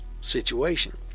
situation